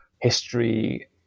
history